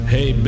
Hey